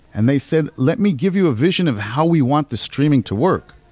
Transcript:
and they said, let me give you a vision of how we want the streaming to work.